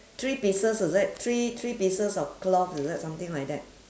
three pieces is it three three pieces of cloth is it something like that